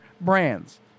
brands